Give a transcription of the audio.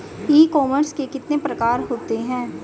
ई commerce के कितने प्रकार होते हैं?